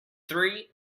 three